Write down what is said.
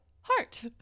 heart